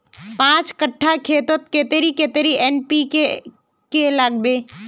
पाँच कट्ठा खेतोत कतेरी कतेरी एन.पी.के के लागबे?